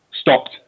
stopped